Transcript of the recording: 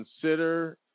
consider